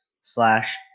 slash